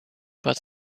but